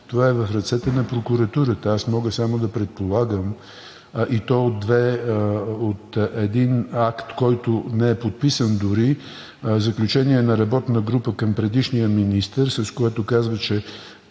Това е в ръцете на прокуратурата. Аз мога само да предполагам, и то от един акт, който не е подписан дори, заключение на работна група към предишния министър, с което казва, че